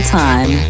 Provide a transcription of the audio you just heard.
time